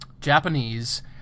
Japanese